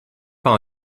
par